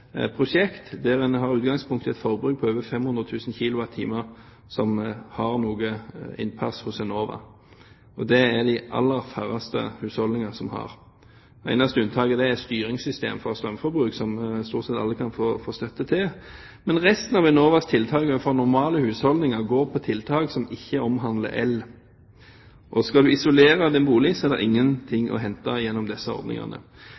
prosjekt der en i utgangspunktet har et forbruk på over 500 000 kWh, som får innpass hos Enova, og det er det de aller færreste husholdninger som har. Det eneste unntaket er styringssystem for strømforbruk, som stort sett alle kan få støtte til. Men resten av Enovas tiltak overfor normale husholdninger går på tiltak som ikke omhandler el. Og skal du isolere din bolig, er det ingenting å hente gjennom disse ordningene.